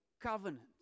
covenant